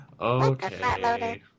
Okay